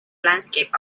landscape